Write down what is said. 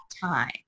time